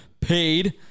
paid